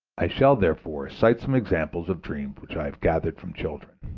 i shall therefore cite some examples of dreams which i have gathered from children.